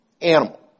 animal